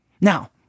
Now